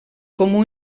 comú